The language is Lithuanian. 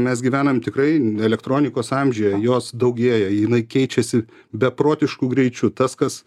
mes gyvenam tikrai elektronikos amžiuje jos daugėja jinai keičiasi beprotišku greičiu tas kas